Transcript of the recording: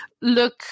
look